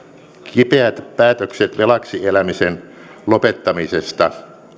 kipeät päätökset velaksi elämisen lopettamisesta